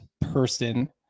person